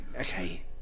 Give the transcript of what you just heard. Okay